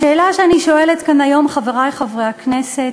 השאלה שאני שואלת כאן היום, חברי חברי הכנסת: